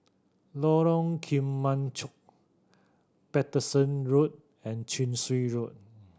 Lorong Kemunchup Paterson Road and Chin Swee Road